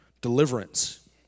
deliverance